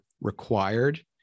required